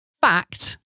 fact